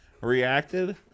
reacted